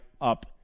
up